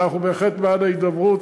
אנחנו בהחלט בעד ההידברות.